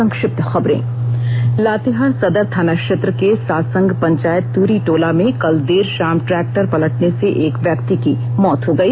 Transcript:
संक्षिप्त खबरें लातेहार सदर थाना क्षेत्र के सासंग पंचायत तुरी टोला में कल देर शाम ट्रैक्टर पलटने से एक व्यक्ति की मौत हो गई